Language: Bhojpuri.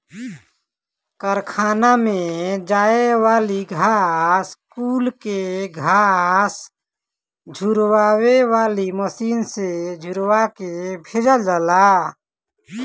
कारखाना में जाए वाली घास कुल के घास झुरवावे वाली मशीन से झुरवा के भेजल जाला